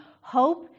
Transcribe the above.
hope